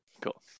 Cool